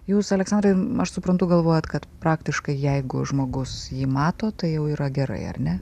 jūs aleksandrai aš suprantu galvojat kad praktiškai jeigu žmogus jį mato tai jau yra gerai ar ne